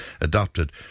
adopted